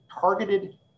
targeted